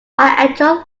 enjoy